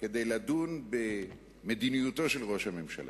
כדי לדון במדיניותו של ראש הממשלה?